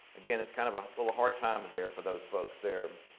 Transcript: again it's kind of a little hard times there for those folks there.